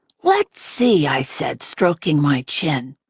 let's see, i said, stroking my chin.